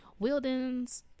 Wildens